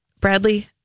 Bradley